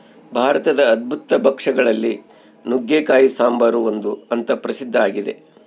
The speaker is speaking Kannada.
ಭಾರತದ ಅದ್ಭುತ ಭಕ್ಷ್ಯ ಗಳಲ್ಲಿ ನುಗ್ಗೆಕಾಯಿ ಸಾಂಬಾರು ಒಂದು ಅಂತ ಪ್ರಸಿದ್ಧ ಆಗಿದೆ